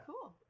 Cool